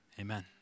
amen